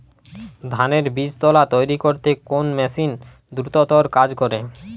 ধানের বীজতলা তৈরি করতে কোন মেশিন দ্রুততর কাজ করে?